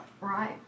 Right